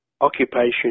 occupation